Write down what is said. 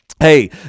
hey